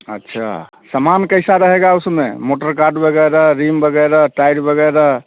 अच्छा सामान कैसा रहेगा उसमे मोटरकार्ड वगैरह रिम वगैरह टायर वगैरह